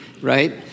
right